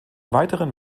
weiteren